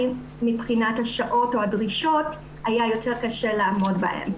מבחינת השעות או הדרישות היה יותר קשה לעמוד בהם.